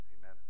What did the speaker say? amen